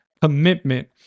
commitment